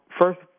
first